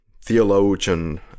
theologian